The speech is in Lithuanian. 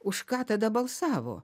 už ką tada balsavo